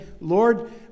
Lord